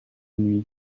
nuit